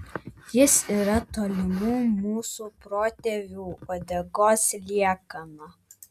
jis yra tolimų mūsų protėvių uodegos liekana